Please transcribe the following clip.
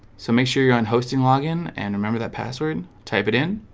so make sure you're on hosting login and remember that password type it in